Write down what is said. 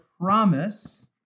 promise